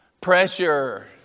Pressure